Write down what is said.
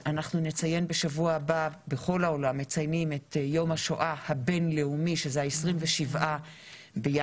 בשבוע הבא בכל העולם מציינים את יום השואה הבין-לאומי שחל ב-27 בינואר,